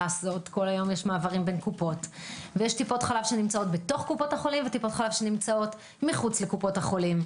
ויש טיפות חלב שנמצאות בתוך קופות החולים ויש כאלה שמחוץ לקופות החולים,